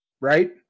right